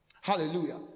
Hallelujah